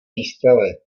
výstavy